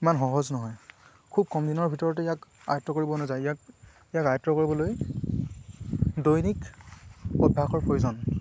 ইমান সহজ নহয় খুব কম দিনৰ ভিতৰতে ইয়াক আয়ত্ব কৰিব নাযায় ইয়াক ইয়াক আয়ত্ব কৰিবলৈ দৈনিক অভ্যাসৰ প্ৰয়োজন